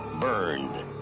burned